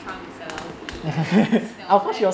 trump is a lousy she was right